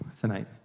tonight